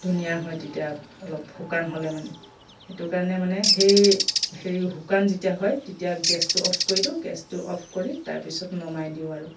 ধুনীয়া হয় তেতিয়া অলপ শুকান হ'লে মানে সেইটো কাৰণে মানে সেই হেৰি শুকান যেতিয়া হয় তেতিয়া গেছটো অফ কৰি দিওঁ গেছটো অফ কৰি তাৰপিছত নমাই দিওঁ আৰু